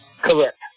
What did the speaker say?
Correct